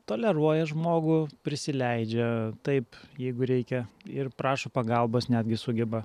toleruoja žmogų prisileidžia taip jeigu reikia ir prašo pagalbos netgi sugeba